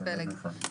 תודה רבה, עו"ד פלג.